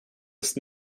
ist